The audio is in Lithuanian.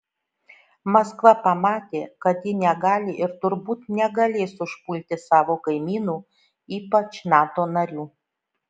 maskva pamatė kad ji negali ir turbūt negalės užpulti savo kaimynų ypač nato narių